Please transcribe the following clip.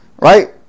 Right